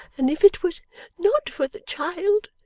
and if it was not for the child,